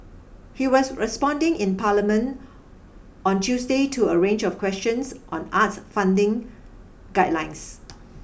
he was responding in Parliament on Tuesday to a range of questions on arts funding guidelines